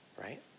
Right